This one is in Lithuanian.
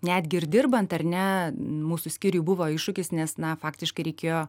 netgi ir dirbant ar ne mūsų skyriuj buvo iššūkis nes na faktiškai reikėjo